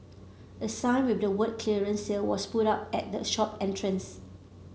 a sign with the words clearance sale was put up at the shop entrance